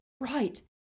right